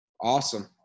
Awesome